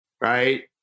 right